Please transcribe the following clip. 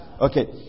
Okay